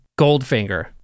Goldfinger